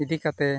ᱤᱫᱤᱠᱟᱛᱮ